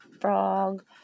frog